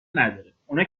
نداره، اونا